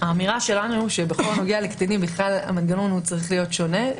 האמירה שלנו שבכל הנוגע לקטינים המנגנון צריך להיות שונה,